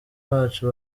bacu